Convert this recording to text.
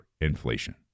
inflation